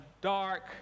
dark